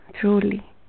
truly